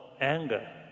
anger